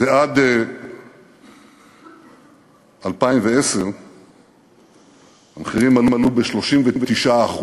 ועד 2010 המחירים עלו ב-39%,